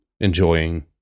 enjoying